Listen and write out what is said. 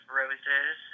roses